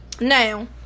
Now